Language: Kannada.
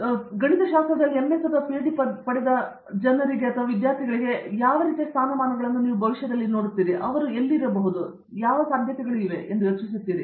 ಆ ಅರ್ಥದಲ್ಲಿ ಗಣಿತ ಇಲಾಖೆಯಿಂದ MS ಅಥವಾ PhD ಪದವಿಗಳನ್ನು ರಚಿಸುವ ಜನರು ಮತ್ತು ಇತ್ತೀಚಿನ ದಿನಗಳಲ್ಲಿ ಅವರು ಯಾವ ರೀತಿಯ ಸ್ಥಾನಗಳನ್ನು ನೋಡುತ್ತಾರೆ ಮತ್ತು ಅಂತಹವರಿಗೆ ಸಾಧ್ಯತೆಗಳು ಎಲ್ಲಿವೆ ಎಂದು ನೀವು ಯೋಚಿಸುತ್ತೀರಿ